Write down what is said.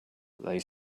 they